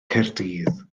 caerdydd